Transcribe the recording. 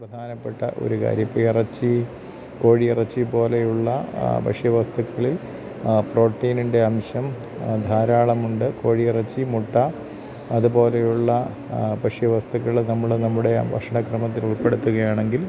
പ്രധാനപ്പെട്ട ഒരു കാര്യം ഇപ്പം ഇറച്ചി കോഴിയിറച്ചി പോലെയുള്ള ഭക്ഷ്യ വസ്തുക്കളിൽ പ്രോട്ടീനിൻ്റെ അംശം ധാരാളമുണ്ട് കോഴിയിറച്ചി മുട്ട അതുപോലെയുള്ള ഭക്ഷ്യ വസ്തുക്കൾ നമ്മൾ നമ്മുടെ ഭക്ഷണ ക്രമത്തിലുൾപ്പെടുത്തുകയാണെങ്കിൽ